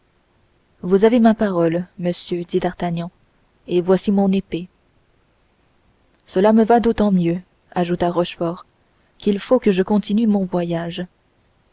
vous avez ma parole monsieur dit d'artagnan et voici mon épée cela me va d'autant mieux ajouta rochefort qu'il faut que je continue mon voyage